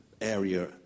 area